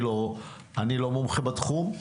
אני לא מומחה בתחום.